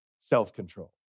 self-control